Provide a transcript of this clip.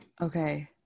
Okay